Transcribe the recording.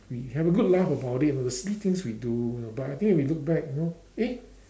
we have a good laugh about it at the silly things we do but I think we look back you know eh